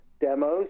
demos